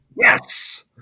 Yes